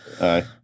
aye